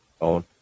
on